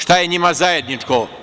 Šta je njima zajedničko?